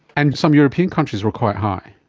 and some european countries were quite high?